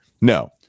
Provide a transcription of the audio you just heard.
no